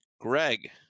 Greg